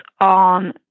on